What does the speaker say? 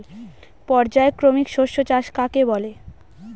পর্যায়ক্রমিক শস্য চাষ কাকে বলে?